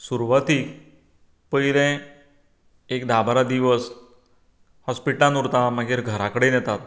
सुरवातीक पयलें एक धा बारा दिवस हॉस्पीटलांत उरता मागीर घरा कडेन येतात